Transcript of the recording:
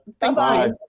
Bye-bye